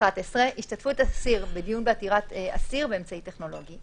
השתתפות אסיר בדיון בעתירת אסיר באמצעי טכנולוגי,